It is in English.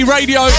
Radio